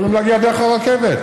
ויכולים להגיע דרך הרכבת.